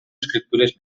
escriptures